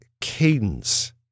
cadence